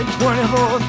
24